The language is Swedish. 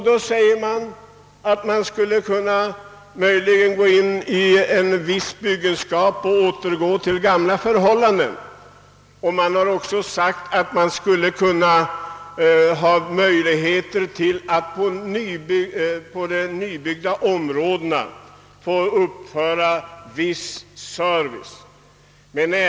Då sägs det att man skulle kunna återgå till gamla förhållanden. Det har också sagts att det skulle kunna finnas möjligheter att på de nybyggda områdena få uppföra vissa serviceanläggningar.